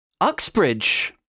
Uxbridge